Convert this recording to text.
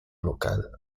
local